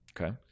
Okay